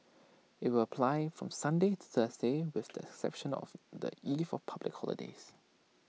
IT will apply from Sunday to Thursday with the exception of the eve of public holidays